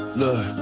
look